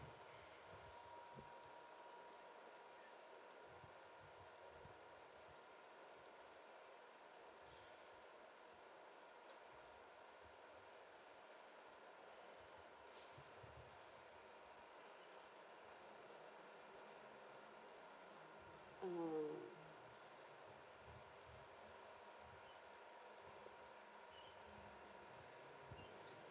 mm